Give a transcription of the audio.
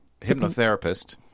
hypnotherapist